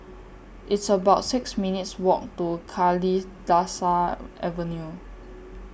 It's about six minutes' Walk to Kalidasa Avenue